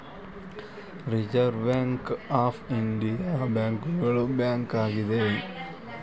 reserve bank of India ಬ್ಯಾಂಕುಗಳ bank ಆಗಿದೆ